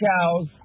cows